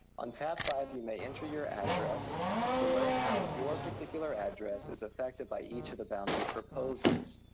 on tab five, you may enter your address to learn how your particular address is affected by each of the boundary proposals.